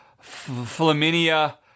Flaminia